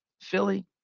Philly